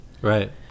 Right